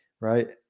right